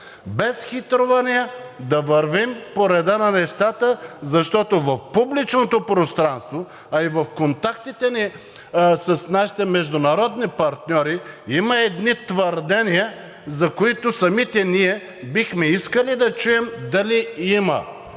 без хитрувания да вървим по реда на нещата, защото в публичното пространство, а и в контактите ни с нашите международни партньори, има едни твърдения, за които самите ние бихме искали да чуем дали има